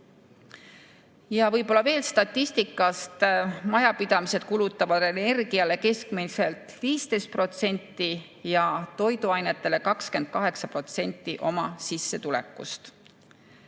Võib-olla veel statistikast. Majapidamised kulutavad energiale keskmiselt 15% ja toiduainetele 28% oma sissetulekust.